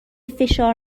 فشار